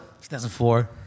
2004